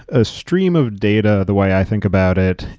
a stream of data, the way i think about it.